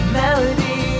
melody